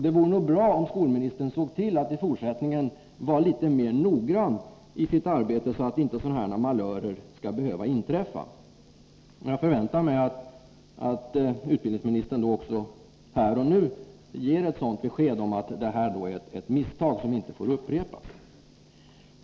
Det vore nog bra om utbildningsministern såg till att i fortsättningen vara litet mer noggrann i sitt arbete, så att sådana här malörer inte behöver inträffa. Jag förväntar mig också att utbildningsministern här och nu ger besked om att detta är ett misstag som inte får upprepas.